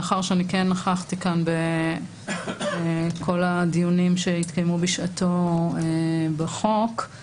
מאחר שנכחתי כאן בכל הדיונים שהתקיימו בשעתו בחוק,